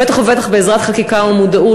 בטח ובטח בעזרת חקיקה ומודעות.